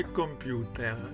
computer